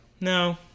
no